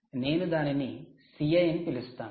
నేను దానిని Ci అని పిలుస్తాను